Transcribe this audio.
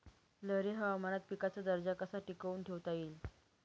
लहरी हवामानात पिकाचा दर्जा कसा टिकवून ठेवता येईल?